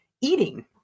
eating